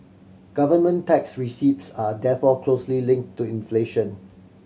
government tax receipts are therefore closely linked to inflation